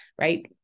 right